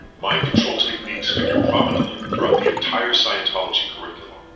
mind control techniques figure prominently throughout the entire scientology curriculum.